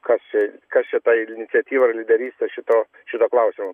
kas čia kas čia tą iniciatyvą ar lyderystę šito šituo klausimu